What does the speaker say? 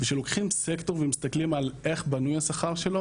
כשלוקחים סקטור ומסתכלים על איך בנוי השכר שלו,